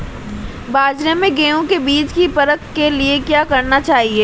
बाज़ार में गेहूँ के बीज की परख के लिए क्या करना चाहिए?